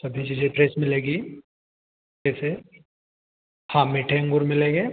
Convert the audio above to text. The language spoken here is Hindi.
सभी चीज़ें फ्रेश मिलेगी फ्रेश है हाँ मीठे अंगूर मिलेंगे